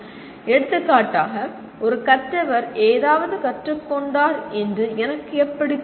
எடுத்துக்காட்டாக ஒரு கற்றவர் ஏதாவது கற்றுக்கொண்டார் என்று எனக்கு எப்படித் தெரியும்